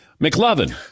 McLovin